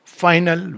final